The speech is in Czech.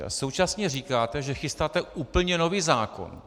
A současně říkáte, že chystáte úplně nový zákon.